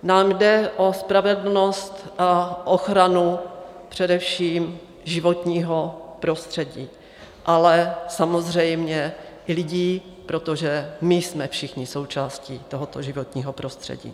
Nám jde o spravedlnost a ochranu především životního prostředí, ale samozřejmě i lidí, protože jsme všichni součástí tohoto životního prostředí.